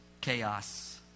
chaos